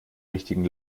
richtigen